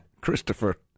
Christopher